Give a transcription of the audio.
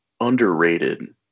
underrated